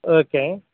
okay